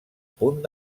punt